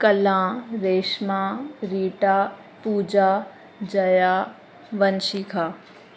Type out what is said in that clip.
कला रेशमा रीटा पूजा जया वंशिखा